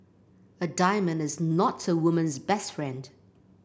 a diamond is not a woman's best friend